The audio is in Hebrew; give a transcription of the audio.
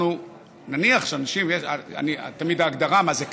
נניח שאנשים, תמיד ההגדרה מה זה קשיש,